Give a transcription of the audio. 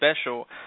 special